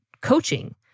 coaching